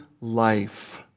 life